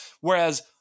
Whereas